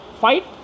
fight